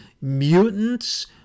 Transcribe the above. mutants